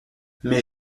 mais